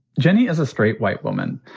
jenny is a straight white woman.